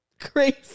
crazy